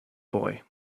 boy